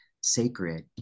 Sacred